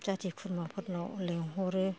जाथि खुरमाफोरनाव लेंहरो